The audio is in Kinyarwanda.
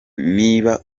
niba